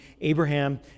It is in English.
Abraham